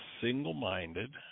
single-minded